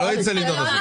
לא, לא אצל ינון.